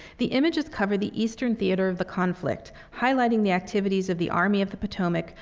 the images covered the eastern theater of the conflict, highlighting the activities of the army of the potomac,